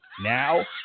now